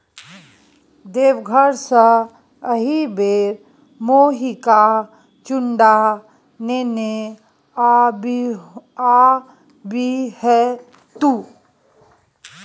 देवघर सँ एहिबेर मेहिका चुड़ा नेने आबिहे तु